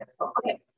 Okay